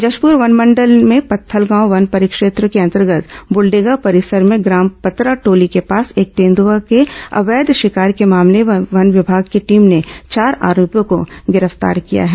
जशपुर वनमंडल में पत्थलगांव वन परिक्षेत्र के अंतर्गत ब्रुलडेगा परिसर में ग्राम पतराटोली के पास एक तेंद्रआ के अवैध शिकार के मामले में वन विभाग की टीम ने चार आरोपियों को गिरफ्तार किया है